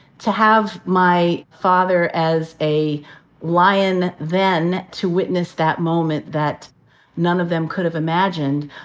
to have my father as a lion then, to witness that moment that none of them could have imagined,